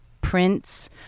prints